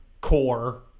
core